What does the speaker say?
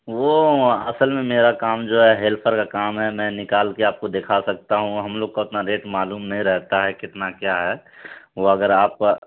وہ اصل میں میرا کام جو ہے ہیلپر کا کام ہے میں نکال کے آپ کو دکھا سکتا ہوں ہم لوگ کو اتنا ریٹ معلوم نہیں رہتا ہے کتنا کیا ہے وہ اگر آپ